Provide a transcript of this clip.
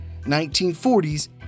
1940s